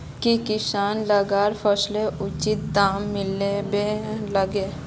की किसान लाक फसलेर उचित दाम मिलबे लगे?